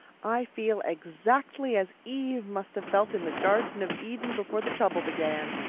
i feel exactly as eve must have felt in the garden of eden before the trouble began.